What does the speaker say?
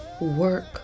work